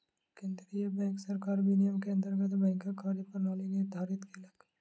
केंद्रीय बैंक सरकार विनियम के अंतर्गत बैंकक कार्य प्रणाली निर्धारित केलक